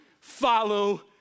follow